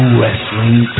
wrestling